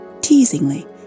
Teasingly